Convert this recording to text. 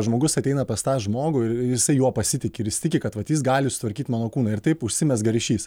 žmogus ateina pas tą žmogų ir jisai juo pasitiki ir jis tiki kad vat jis gali sutvarkyt mano kūną ir taip užsimezga ryšys